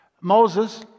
Moses